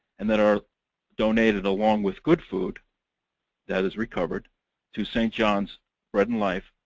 and that are donated along with good food that is recovered to st. john's bread and life,